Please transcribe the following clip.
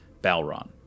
Balron